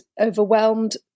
overwhelmed